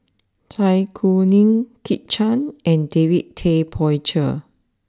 Zai Kuning Kit Chan and David Tay Poey Cher